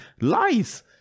lies